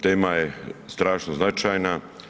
Tema je strašno značajna.